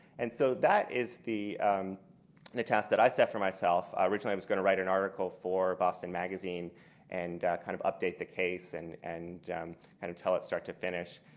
and so that is the and the task i set for myself. originally i was going to write an article for boston magazine and kind of update the case and and kind of tell it start to finish.